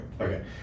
Okay